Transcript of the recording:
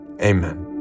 Amen